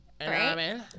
Right